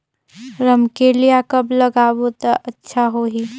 रमकेलिया कब लगाबो ता अच्छा होही?